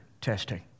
testing